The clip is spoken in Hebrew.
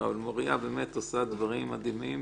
אבל מוריה באמת עושה דברים מדהימים